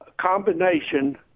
combination